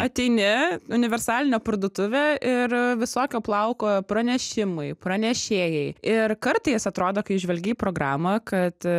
ateini universalinė parduotuvė ir visokio plauko pranešimai pranešėjai ir kartais atrodo kai žvelgi į programą kad